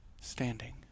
standing